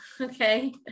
okay